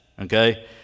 okay